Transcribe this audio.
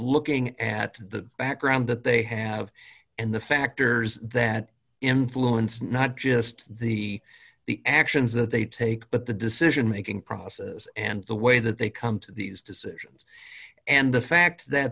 looking at the background that they have and the factors that influence not just the the actions that they take but the decision making process and the way that they come to these decisions and the fact that